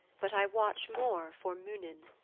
but i watch more for munin.